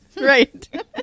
Right